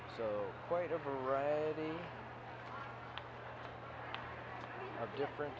quite a variety of different